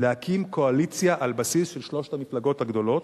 להקים קואליציה על בסיס של שלוש המפלגות הגדולות,